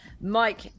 mike